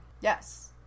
yes